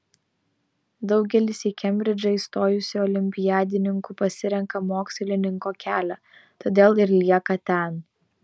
daugelis į kembridžą įstojusių olimpiadininkų pasirenka mokslininko kelią todėl ir lieka ten